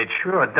sure